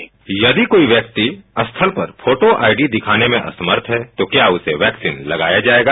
प्रस्न यदि कोई व्यक्ति स्थल पर कोटो आईडी दिखाने में असमर्थ है तो क्या उसे वैक्सीन लगाया जाएगा